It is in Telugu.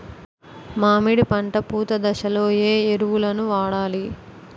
మామిడి పంట పూత దశలో ఏ ఎరువులను వాడాలి?